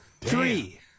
Three